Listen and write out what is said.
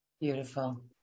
Beautiful